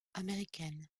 américaine